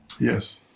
Yes